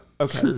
Okay